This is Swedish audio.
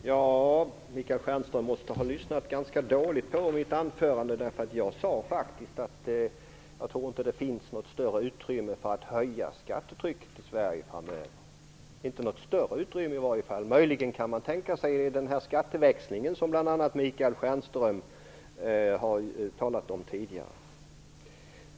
Fru talman! Michael Stjernström måste ha lyssnat ganska dåligt på mitt anförande. Jag sade faktiskt att jag inte tror att det finns något större utrymme för att höja skattetrycket i Sverige framöver. Det finns i varje fall inte något större utrymme. Möjligen kan man tänka sig den skatteväxling som bl.a. Michael Stjernström har talat om tidigare.